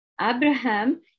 Abraham